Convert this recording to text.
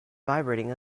vibrating